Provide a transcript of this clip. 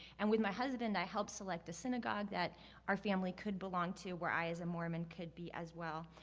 and, with my husband, i helped select the synagogue that our family could belong to where i as a mormon could be as well.